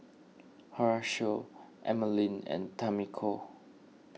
Horacio Emaline and Tamiko